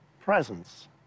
presence